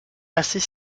assez